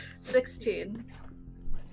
Sixteen